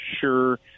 sure